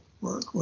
work